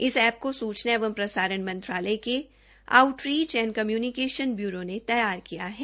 इस एप्प को सूचना एवं प्रसारण मंत्रालय के outreach and communication bureau ने तैयार किया है